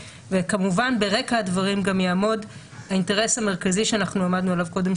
וכמובן ברקע הדברים גם יעמוד האינטרס המרכזי שאנחנו עמדנו עליו קודם,